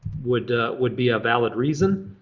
would would be a valid reason.